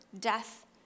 death